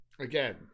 again